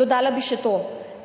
Dodala bi še to,